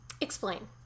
explain